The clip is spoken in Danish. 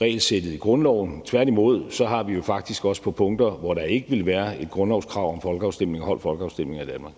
regelsættet i grundloven. Tværtimod har vi jo faktisk også på punkter, hvor der ikke ville være et grundlovskrav om folkeafstemning, holdt